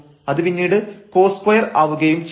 അത് പിന്നീട് cos2 ആവുകയും ചെയ്യും